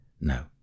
No